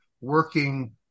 working